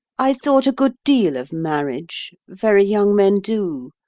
i thought a good deal of marriage very young men do.